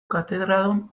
katedradun